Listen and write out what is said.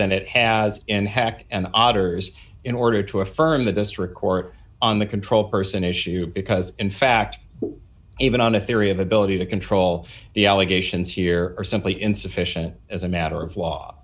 than it has in hack and auditors in order to affirm the district court on the control person issue because in fact even on a theory of ability to control the allegations here are simply insufficient as a matter of